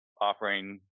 offering